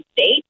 state